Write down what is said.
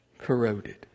corroded